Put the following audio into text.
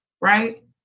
right